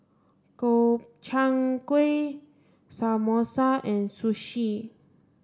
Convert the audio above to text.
Gobchang Gui Samosa and Sushi